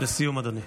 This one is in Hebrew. לסיום, אדוני.